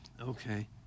Okay